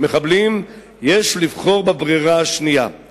יש לבחור בשנייה מלאת התקווה.